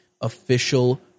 official